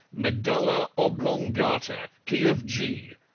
medulla oblongata key of g.